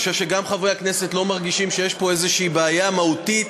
אני חושב שגם חברי הכנסת לא מרגישים שיש פה איזו בעיה מהותית.